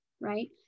right